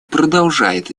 продолжает